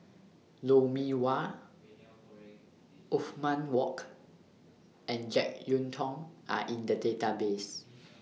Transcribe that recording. Lou Mee Wah Othman Wok and Jek Yeun Thong Are in The Database